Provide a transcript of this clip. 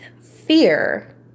fear